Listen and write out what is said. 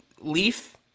Leaf